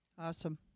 Awesome